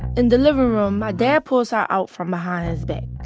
in the living room, my dad pulls her out from behind his back.